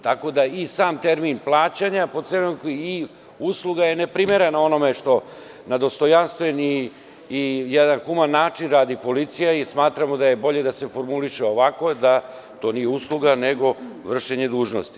Tako da i sam termin plaćanja po cenu i usluga je neprimereno onome što na dostojanstven i jedan human način radi policija i smatramo da je bolje da se formuliše ovako da to nije usluga nego vršenje dužnosti.